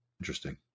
Interesting